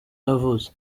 yavutse